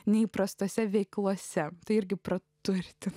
neįprastose veiklose tai irgi praturtina